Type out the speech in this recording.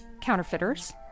counterfeiters